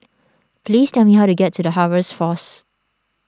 please tell me how to get to the Harvest force